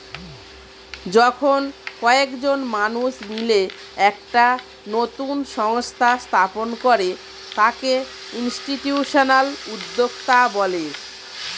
যখন কয়েকজন মানুষ মিলে একটা নতুন সংস্থা স্থাপন করে তাকে ইনস্টিটিউশনাল উদ্যোক্তা বলে